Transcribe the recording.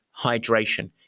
hydration